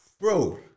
bro